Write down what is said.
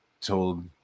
told